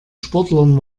sportlern